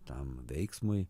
tam veiksmui